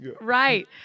Right